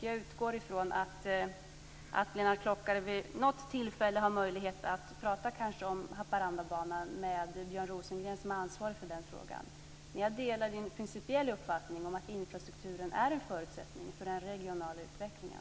Jag utgår från att Lennart Klockare vid något tillfälle har möjlighet att tala kanske om Haparandabanan med Björn Rosengren som är ansvarig för den frågan. Men jag delar Lennart Klockares principiella uppfattning om att infrastrukturen är en förutsättning för den regionala utvecklingen.